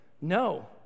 No